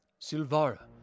Silvara